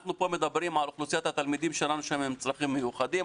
אנחנו פה מדברים על אוכלוסיית התלמידים שלנו שהם עם צרכים מיוחדים,